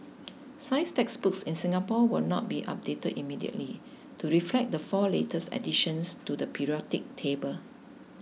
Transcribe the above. science textbooks in Singapore will not be updated immediately to reflect the four latest additions to the periodic table